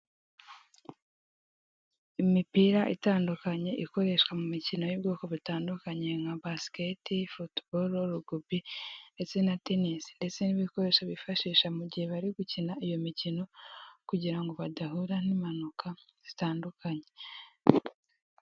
Imipira itandukanye ikoreshwa mu mikino y'ubwoko butandukanye nka basketbal, football, rugby ndetse na tennis ndetse n'ibikoresho bifashisha mu gihe bari gukina iyo mikino kugirango badahura n'impanuka zitandukanye.